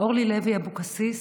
אורלי לוי אבקסיס,